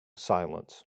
silence